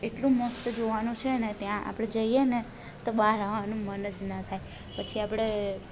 એટલું મસ્ત જોવાનું છેને ત્યાં આપણે જઈએને તો બહાર આવવાનું મન જ ના થાય પછી આપણે